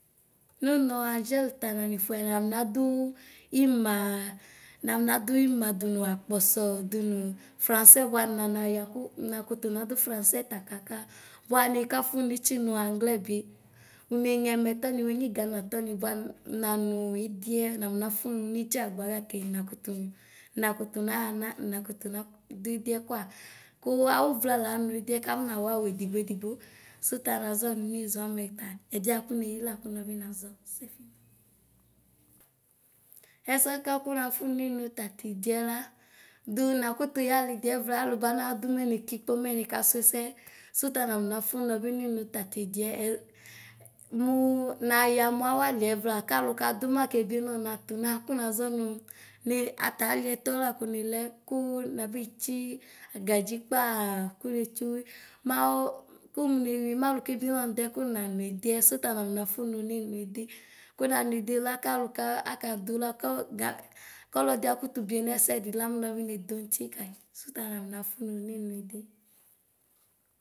Nʋnɔ agɛl ta naniƒʋɛ nanadʋ ima namnadʋ ima nʋ akpɔsɔ dʋnʋ frasɛ bʋa nanaya kʋ nakʋtʋ nadʋ frasɛ ta kaka bʋa nika ƒʋnʋ nitsi nʋ anglɛbi uneye ɛmɛtɔni wenye ganatɔxi bʋa nanʋ idiɛ nanƒʋnʋ nidzagba gake ninakʋtʋ naxa na nakʋ tʋdʋ idiɛ kwa kʋ awa vla la nʋ idiɛ kaƒɔ nawawʋ edigbo edigbo sʋta nazɔ nʋ niʒɔ amɛta ɛdiɛ bʋakʋ neyi lakʋ nazɔsɛ ɛsɛ akakʋ naƒʋnʋ ninʋ tatidiɛ la dʋ nakʋtʋ ya alidiɛvla alu banadʋ mɛ nekikpomɛ nika sʋ ɛsɛ sʋta namnaƒʋ nɔbi ninʋ tatidɛ mɛ mʋ nayʋ mʋ awaliɛ vla kalu kadʋ mɛ akebie nɔ nʋnatʋna kʋnazɔ nʋ ni ataliɛ tɔlakʋnilɛ kʋ nabetsi agadzi kpaa kpaa kʋ netsi ʋwi maɔ kumu newi malʋ kebienɔ nʋ nʋdɛ kʋ nina nʋ idiɛ sʋta la naƒʋ nʋ ninʋ ζdi kʋ nanʋ idila kʋalʋ akadʋ la kɔga kɔlɔdi akʋtʋ bienɔ ɛsɛdi la mɛnɛ bi ʋedonti kayi sʋtala naƒʋnʋ ninʋ idi.